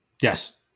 Yes